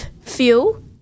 fuel